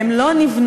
הן לא נבנו,